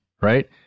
right